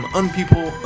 unpeople